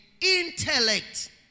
intellect